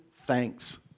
thanks